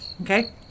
Okay